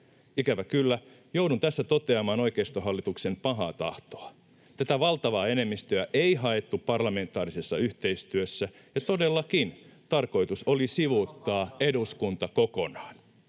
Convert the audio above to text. Ikävä kyllä, joudun tässä toteamaan oikeistohallituksen pahaa tahtoa. Tätä valtavaa enemmistöä ei haettu parlamentaarisessa yhteistyössä, ja todellakin tarkoitus oli sivuuttaa eduskunta kokonaan.